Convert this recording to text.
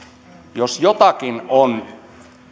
jos jotakin on